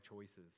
choices